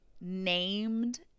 named